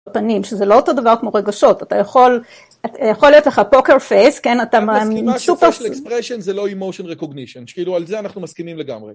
פנים שזה לא אותה דבר כמו רגשות אתה יכול, יכול להיות לך פוקר פייס, כן אתה מאמין, מה שצריך לאקספרשן זה לא אימושן רקוגנישן, שכאילו על זה אנחנו מסכימים לגמרי.